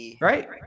Right